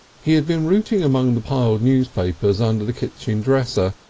he had been routing among the piled newspapers under the kitchen dresser,